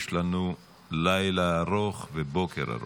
יש לנו לילה ארוך ובוקר ארוך.